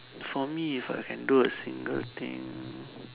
for me if I can do a single thing